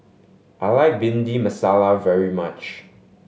I like Bhindi Masala very much